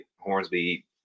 Hornsby